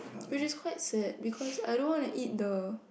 which is quite sad because I don't want to eat the